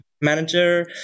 manager